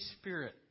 Spirit